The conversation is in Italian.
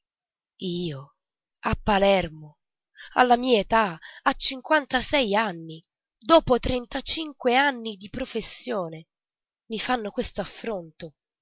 io a palermo alla mia età a cinquantasei anni dopo trentacinque anni di professione mi fanno questo affronto